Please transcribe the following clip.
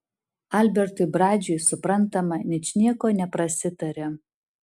adalbertui blažiui suprantama ničnieko neprasitarė